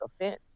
offense